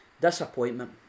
Disappointment